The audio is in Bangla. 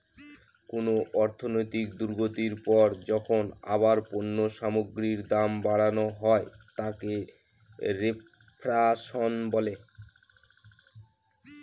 কোন অর্থনৈতিক দুর্গতির পর যখন আবার পণ্য সামগ্রীর দাম বাড়ানো হয় তাকে রেফ্ল্যাশন বলে